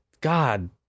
God